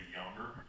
younger